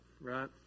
right